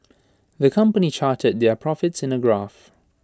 the company charted their profits in A graph